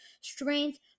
strength